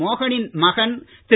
மோகனின் மகன் திரு